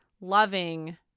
loving